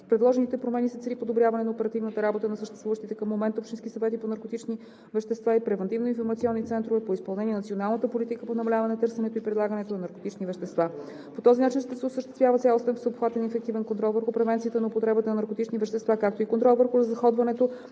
предложените промени се цели подобряване на оперативната работа на съществуващите към момента общински съвети по наркотични вещества и превантивно-информационни центрове по изпълнение на националната политика по намаляване търсенето и предлагането на наркотични вещества. По този начин ще се осъществява цялостен, всеобхватен и ефективен контрол върху превенцията на употребата на наркотични вещества, както и контрол върху разходването